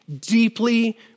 deeply